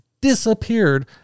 disappeared